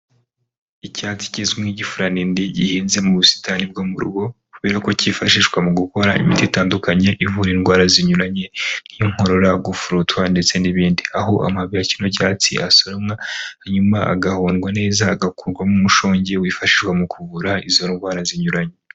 Icyatsi kizwi nk'igifuraranindi gihinze mu busitani bwo mu rugo kubera ko cyifashishwa mu gukora imiti itandukanye ivura indwara zinyuranye, nk'inkorora, gufurutwa ndetse n'ibindi. Aho amababi ya cyino cyatsi asoromwa hanyuma agahondwa neza hagakurwamo umushongi wifashishwa mu kuvura izo ndwara zinyuranye.